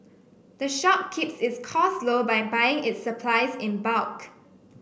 the shop keeps its costs low by buying its supplies in bulk